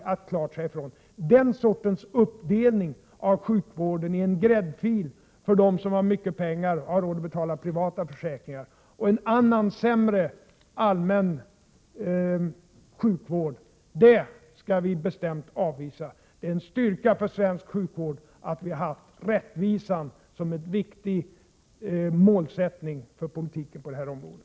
1987/88:96 Den sortens uppdelning av sjukvården i en gräddfil för dem som har mycket — 8 april 1988 pengar och har råd att betala privata försäkringar och en annan sämre allmän sjukvård, skall vi bestämt avvisa. Det är en styrka för svensk sjukvård att vi har rättvisan som en viktig målsättning för politiken på det här området.